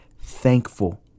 thankful